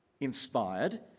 inspired